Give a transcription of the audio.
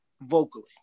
vocally